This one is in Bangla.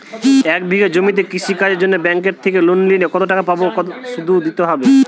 এক বিঘে জমিতে কৃষি কাজের জন্য ব্যাঙ্কের থেকে লোন নিলে কত টাকা পাবো ও কত শুধু দিতে হবে?